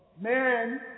Man